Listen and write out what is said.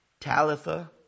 Talitha